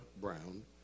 Brown